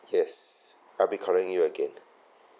yes I'll be calling you again